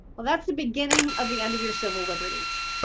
well, that's the beginning of the end of your civil liberties.